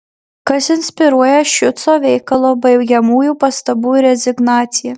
kas inspiruoja šiuco veikalo baigiamųjų pastabų rezignaciją